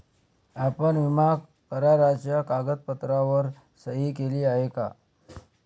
आपण विमा कराराच्या कागदपत्रांवर सही केली आहे का?